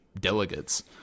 delegates